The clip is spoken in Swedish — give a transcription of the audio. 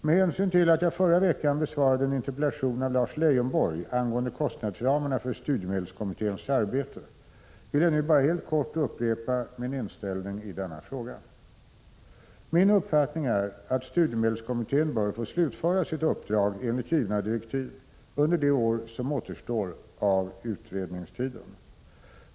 Med hänsyn till att jag förra veckan besvarade en interpellation av Lars Leijonborg angående kostnadsramarna för studiemedelskommitténs arbete vill jag nu bara helt kort upprepa min inställning i denna fråga. Min uppfattning är att studiemedelskommittén bör få slutföra sitt uppdrag enligt givna direktiv under det år som återstår av utredningstiden.